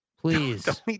Please